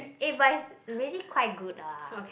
if I really quite good ah